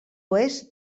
oest